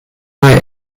eye